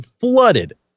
flooded